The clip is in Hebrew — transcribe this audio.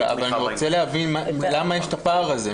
אני רוצה להבין למה יש את הפער הזה,